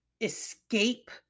escape